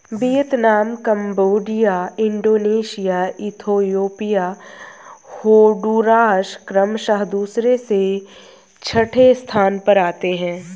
Vietnam Cambodia Indonesia Ethiopia Honduras क्रमशः दूसरे से छठे स्थान पर आते हैं